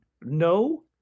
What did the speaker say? No